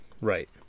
Right